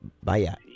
Vaya